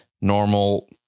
normal